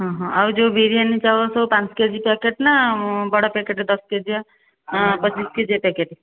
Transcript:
ହଁ ହଁ ଆଉ ଯେଉଁ ବିରିୟାନୀ ଚାଉଳ ସବୁ ପାଞ୍ଚ କେ ଜି ପ୍ୟାକେଟ୍ ନା ବଡ଼ ପ୍ୟାକେଟ୍ ଦଶ କେଜିଆ ପଚିଶ କେଜିଆ ପ୍ୟାକେଟ୍